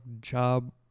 job